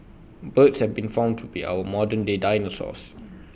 birds have been found to be our modern day dinosaurs